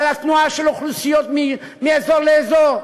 על התנועה של אוכלוסיות מאזור לאזור,